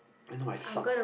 I do my suck